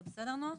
זה בסדר, נעה?